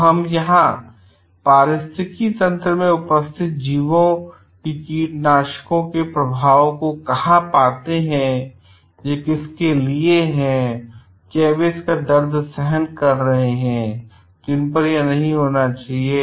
तो हम यहाँ पर पारिस्थितिकी तंत्र में उपस्थित जीवो पर कीटनाशकों के प्रभाव को कहाँ पाते हैं यह किसके लिए है और वे इसका दर्द सहन कर रहे हैं जिन पर यह नहीं होना चाहिए